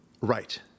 right